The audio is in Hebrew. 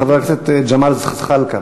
חבר הכנסת ג'מאל זחאלקה,